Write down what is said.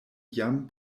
jam